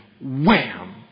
wham